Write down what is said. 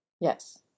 Yes